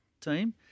team